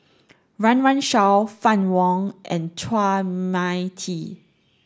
Run Run Shaw Fann Wong and Chua Mia Tee